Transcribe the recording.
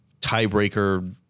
tiebreaker